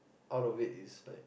out of it is like